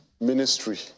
ministry